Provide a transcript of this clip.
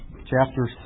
chapter